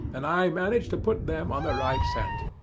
and i manage to put them on the right scent.